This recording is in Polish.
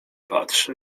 patrzy